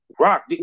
Rock